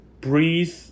breathe